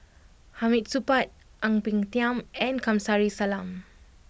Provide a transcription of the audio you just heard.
Hamid Supaat Ang Peng Tiam and Kamsari Salam